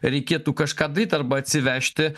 reikėtų kažką daryt arba atsivežti